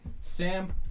sam